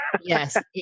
yes